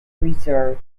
reserve